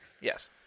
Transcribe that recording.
yes